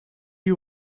you